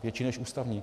Větší než ústavní.